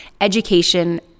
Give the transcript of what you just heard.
education